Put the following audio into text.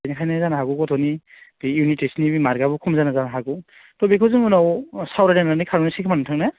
बेनिखायनो जानो हागौ गथ'नि इउनिटेस्टनि बे मार्कआबो खम जादों जानो हागौ थ' बेखौ जों उनाव सावरायलायनानै खालामसै खोमा नोंथां ना